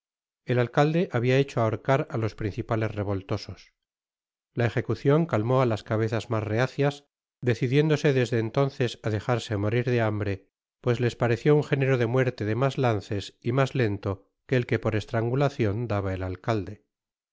el alcalde habia hecho ahorcar á los principales revoltosos la ejecucion calmó á las cabezas mas rehacias decidiéndose desde entonces á dejarse morir de hambre pues les pareció un género de muerte de mas lances y mas lento que el que por estrangulacion daba el alcalde